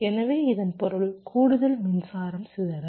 எனவே இதன் பொருள் கூடுதல் மின்சாரம் சிதறல்